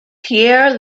pierre